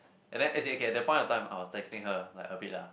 and then as in okay at that point of time I was texting her like a bit lah